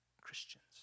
Christians